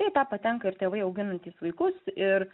į tą patenka ir tėvai auginantys vaikus ir